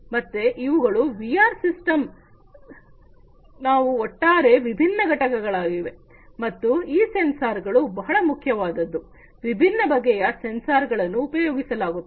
ಮತ್ತೆ ಇವುಗಳು VR system ನ ಒಟ್ಟಾರೆ ವಿಭಿನ್ನ ಘಟಕಗಳಾಗಿವೆ ಮತ್ತು ಈ ಸೆನ್ಸಾರ್ಗಳು ಬಹಳ ಮುಖ್ಯವಾದದ್ದು ವಿಭಿನ್ನಬಗೆಯ ಸೆನ್ಸಾರ್ ಗಳನ್ನು ಉಪಯೋಗಿಸಲಾಗುತ್ತದೆ